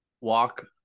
Walk